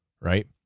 Right